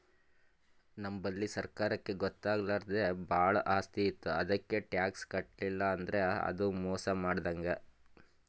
ನಮ್ ಬಲ್ಲಿ ಸರ್ಕಾರಕ್ಕ್ ಗೊತ್ತಾಗ್ಲಾರ್ದೆ ಭಾಳ್ ಆಸ್ತಿ ಇತ್ತು ಅದಕ್ಕ್ ಟ್ಯಾಕ್ಸ್ ಕಟ್ಟಲಿಲ್ಲ್ ಅಂದ್ರ ಅದು ಮೋಸ್ ಮಾಡಿದಂಗ್